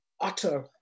utter